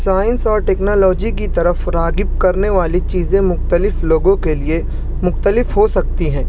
science اور technology کی طرف راغب کرنے والی چیزیں مختلف لوگوں کے لیے مختلف ہو سکتی ہیں